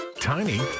tiny